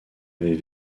avait